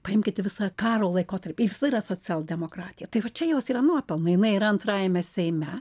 paimkit visą karo laikotarpį jis yra socialdemokratija tai va čia jos yra nuopelnai pamaina yra antrajame seime